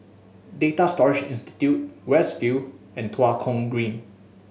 Data Storage Institute West View and Tua Kong Green